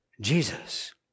Jesus